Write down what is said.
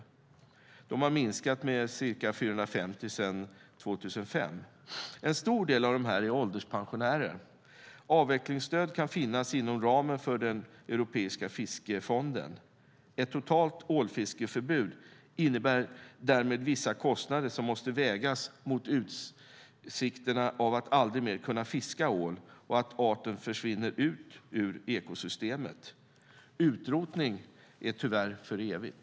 Antalet som har en sådan licens har minskat med ca 450 personer sedan 2005. En stor del av dem är ålderspensionärer. Avvecklingsstöd kan finnas inom ramen för den europeiska fiskefonden. Ett totalt ålfiskeförbud innebär därmed vissa kostnader som måste vägas mot utsikterna att aldrig mer kunna fiska ål och mot att arten försvinner ut ur ekosystemet. Utrotning är tyvärr för evigt.